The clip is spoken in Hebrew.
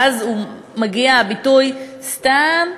ואז מגיע הביטוי "סתם"?